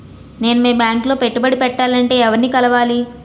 నేను మీ బ్యాంక్ లో పెట్టుబడి పెట్టాలంటే ఎవరిని కలవాలి?